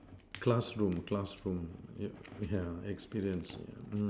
classroom classroom ye~ yeah experience yeah mm